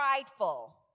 prideful